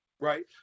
Right